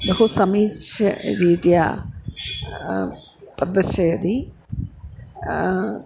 बहु समीचीनरीत्या प्रदर्शयति